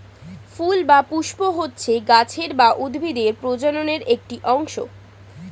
ফুল বা পুস্প হচ্ছে গাছের বা উদ্ভিদের প্রজননের একটি অংশ